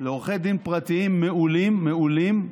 לעורכי דין פרטיים מעולים, מעולים,